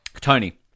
Tony